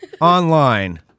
online